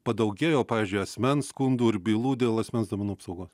padaugėjo pavyzdžiui asmens skundų ir bylų dėl asmens duomenų apsaugos